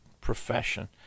profession